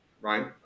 right